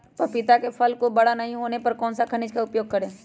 पपीता के फल को बड़ा नहीं होने पर कौन सा खनिज का उपयोग करें?